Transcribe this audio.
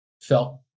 felt